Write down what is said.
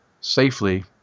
safely